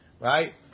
right